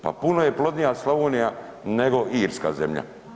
Pa puno je plodnija Slavonija nego Irska zemlja.